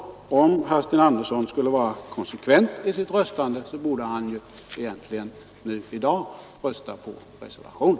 Om herr Sten Andersson skulle vara konsekvent i sitt röstande, så borde han således i dag rösta på reservationen.